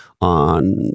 on